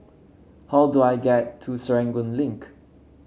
how do I get to Serangoon Link